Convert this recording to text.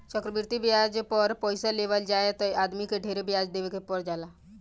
चक्रवृद्धि ब्याज पर पइसा लेवल जाए त आदमी के ढेरे ब्याज देवे के पर जाला